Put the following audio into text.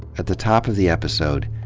at the top of the episode,